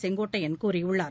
செங்கோட்டையன் கூறியுள்ளார்